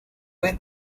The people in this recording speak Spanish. vez